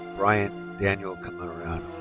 brian daniel cammarano.